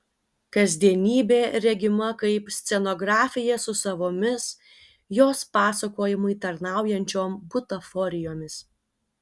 kasdienybė regima kaip scenografija su savomis jos pasakojimui tarnaujančiom butaforijomis